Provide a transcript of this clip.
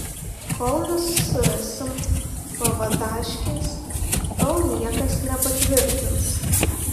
kol nesusirasim pavadaškės tol niekas nepatvirtins